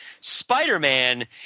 Spider-Man